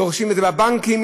דורשים את זה בבנקים.